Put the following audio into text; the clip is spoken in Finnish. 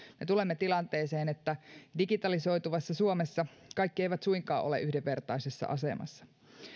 me tulemme tilanteeseen että digitalisoituvassa suomessa kaikki eivät suinkaan ole yhdenvertaisessa asemassa